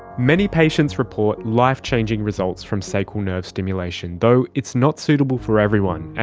many patients report life changing results from sacral nerve stimulation, though it's not suitable for everyone,